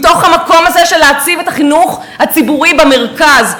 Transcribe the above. מתוך המקום הזה של להציב את החינוך הציבורי במרכז,